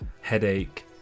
headache